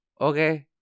okay